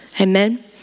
amen